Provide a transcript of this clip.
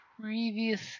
previous